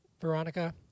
Veronica